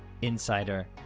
insider,